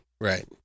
Right